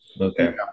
Okay